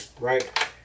Right